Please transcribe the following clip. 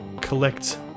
collect